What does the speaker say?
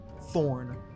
Thorn